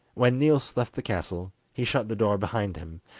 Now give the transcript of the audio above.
when niels left the castle, he shut the door behind him,